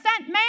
man